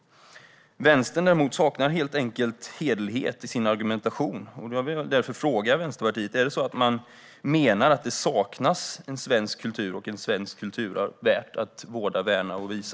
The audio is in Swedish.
Vänstern, däremot, saknar helt enkelt hederlighet i sin argumentation. Jag vill därför fråga Vänsterpartiet: Menar man att det saknas en svensk kultur och ett svenskt kulturarv värt att värna, vårda och visa?